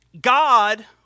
God